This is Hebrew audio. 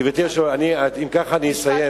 גברתי היושבת-ראש, אם כך, אני אסיים.